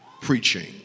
preaching